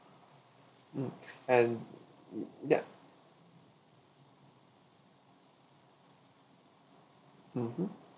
mm and uh ya mmhmm